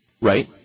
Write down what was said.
right